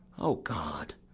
o god!